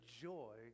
joy